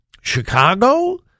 Chicago